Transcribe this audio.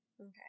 Okay